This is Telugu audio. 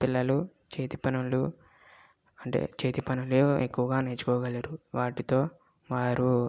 పిల్లలు చేతి పనులు అంటే చేతి పనులు ఎక్కువగా నేర్చుకోగలరు వాటితో వారు